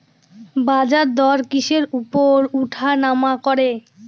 বাজারদর কিসের উপর উঠানামা করে?